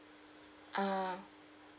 ah